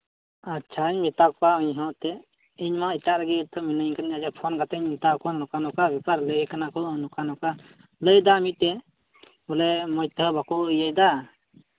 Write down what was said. ᱟᱪᱪᱷᱟᱧ ᱢᱮᱛᱟ ᱠᱚᱣᱟ ᱤᱧᱦᱚᱸ ᱮᱱᱛᱮᱫ ᱤᱧᱢᱟ ᱮᱴᱟᱜ ᱨᱮᱜᱮ ᱛᱚ ᱢᱤᱱᱟᱹᱧ ᱠᱟᱹᱫᱤᱧ ᱟᱪᱪᱷᱟ ᱯᱷᱳᱱ ᱠᱟᱛᱮᱫ ᱤᱧ ᱢᱮᱛᱟ ᱠᱚᱣᱟ ᱱᱚᱝᱠᱟ ᱱᱚᱝᱠᱟ ᱵᱮᱯᱟᱨ ᱞᱟᱹᱭᱮᱫ ᱠᱟᱱᱟ ᱠᱚ ᱱᱚᱝᱠᱟ ᱱᱚᱝᱠᱟ ᱞᱟᱹᱭᱫᱟ ᱢᱤᱫᱴᱮᱱ ᱵᱚᱞᱮ ᱢᱚᱡᱽ ᱛᱮᱦᱚᱸ ᱵᱟᱠᱚ ᱤᱭᱟᱹᱭᱮᱫᱟ